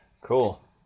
Cool